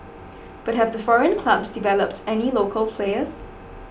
but have the foreign clubs developed any local players